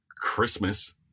Christmas